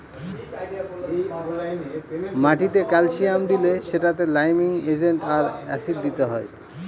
মাটিতে ক্যালসিয়াম দিলে সেটাতে লাইমিং এজেন্ট আর অ্যাসিড দিতে হয়